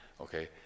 okay